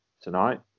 tonight